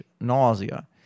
nausea